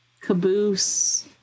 Caboose